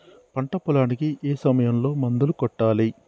పంట పొలానికి ఏ సమయంలో మందులు కొట్టాలి?